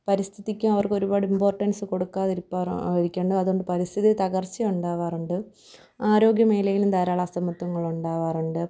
പരിസ്ഥിതിക്ക് അവർക്കൊരുപാട് ഇമ്പോർട്ടൻസ് കൊടുക്കാതിരിപ്പാറ ഇരിക്കണ്ട അതുകൊണ്ട് പരിസ്ഥിതി തകർച്ച ഉണ്ടാകാറുണ്ട് ആരോഗ്യ മേഖലയിലും ധാരാളം അസമത്വങ്ങൾ ഉണ്ടാകാറുണ്ട്